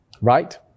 right